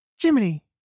Jiminy